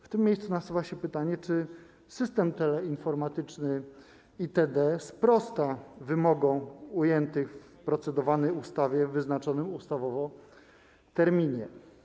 W tym miejscu nasuwa się pytanie: Czy system teleinformatyczny ITD sprosta wymogom ujętym w procedowanej ustawie w wyznaczonym ustawowo terminie?